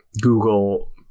Google